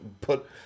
put